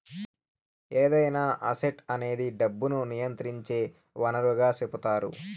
ఏదైనా అసెట్ అనేది డబ్బును నియంత్రించే వనరుగా సెపుతారు